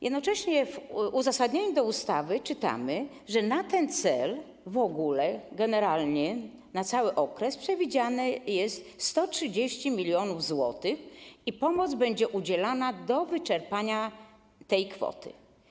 Jednocześnie w uzasadnieniu ustawy czytamy, że na ten cel w ogóle, generalnie, na cały okres przewidziane jest 130 mln zł i pomoc będzie udzielana do wyczerpania tej kwoty.